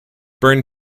burn